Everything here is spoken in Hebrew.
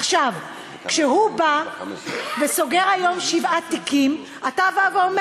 כשהוא בא וסוגר היום שבעה תיקים אתה אומר: